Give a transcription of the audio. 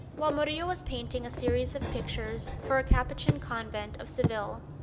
while murillo was painting a series of pictures for a capuchin convent of seville,